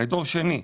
אני דור שני,